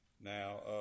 Now